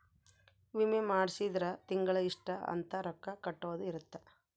ವಿಮೆ ಮಾಡ್ಸಿದ್ರ ತಿಂಗಳ ಇಷ್ಟ ಅಂತ ರೊಕ್ಕ ಕಟ್ಟೊದ ಇರುತ್ತ